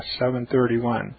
7.31